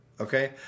Okay